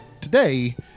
today